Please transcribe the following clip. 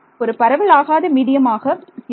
ஒரு பரவல் ஆகாத மீடியமாக இருக்கும்